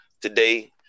today